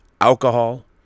alcohol